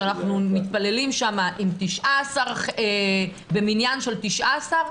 שאנחנו מתפללים שם עם מניין של 19,